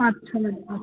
আচ্ছা আচ্ছা